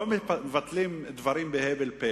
לא מבטלים דברים בהבל פה.